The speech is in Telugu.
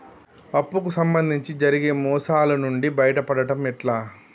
అప్పు కు సంబంధించి జరిగే మోసాలు నుండి బయటపడడం ఎట్లా?